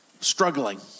struggling